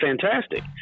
fantastic